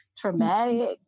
traumatic